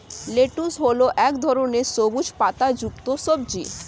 lettuce হল এক ধরনের সবুজ পাতাযুক্ত সবজি